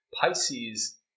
Pisces